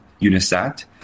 Unisat